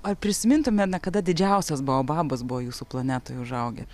ar prisimintume kada didžiausias baobabas buvo jūsų planetoje užaugę